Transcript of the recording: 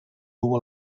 dur